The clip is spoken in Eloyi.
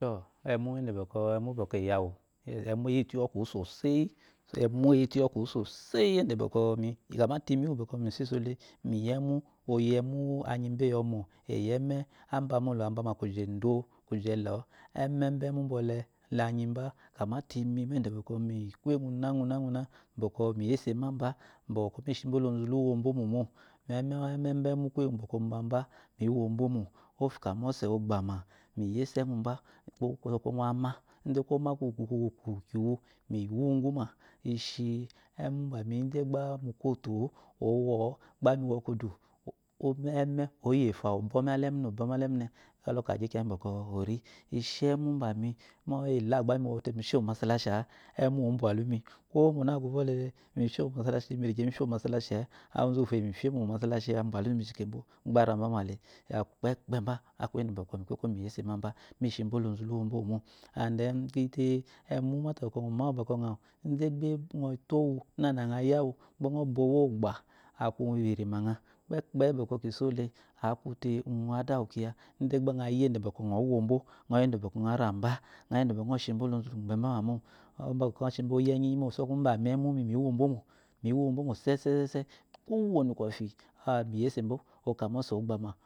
Tɔ ɛmu yede ume bokɔ emu bɔ eyi awu emu eyi iyi ɔkuwu soseyi emu eyitu iyi ɔkwu soseyiyedebɔkɔ kamate imi uwu bɔkɔ misisso le miyi emu iyi emu anyimba iyɔmɔ aba molo aba igye kzo isuelɔ kamete imi yede kuye ngunaguna bɔkɔ miyese maba bɔ mi shibo. lozu luwobo mó mó miyi ɛme mbemu kuye ngu bɔkɔ obaba mi wobo mo oka mose ogbama miyese eduba kuwo nga ama kwoma mbami ide gba mu kwoto o-o owo-o- gba mi wɔkude kwo ɛmeoyefa obɔmi ale muna obɔmi ale mune kala okagyi kiya ngi bɔkɔ ori ishi ɛmu mbami mo eyila gbami wute mi re mo masalashi a-a amu obyalnmi kwoo muna kuvɔ lele misheye mo masalashi mirigye misheye mo masakachi a-a ouwu eyimi fyimo mo masalashi abuyalumiu migyikebo abarabama le kpekpwbe aku yede mikoko miyese mamba mishibo lozu luwobo mó mó and thou gba iyi te enu mata bɔkɔ əɔ mawu gba əawu ide gba əɔtowu əɔyawu gba əɔbowu moba aku irima əa kpakpayi bɔkɔ kiso le aku te uəɔ ada uwu kiya ide gba ya yi yande bɔkɔ əwobo əɔyi yedɛ bɔkɔ əɔ shibo lozu lugbeba mamo umba əshi kala oyi mbo mo mi wobomo sesese kwo wode kwofi miyese mbo oka mose ogbam